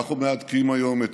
אנחנו מהדקים היום את